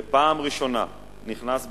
ופעם ראשונה נכנס בחוק,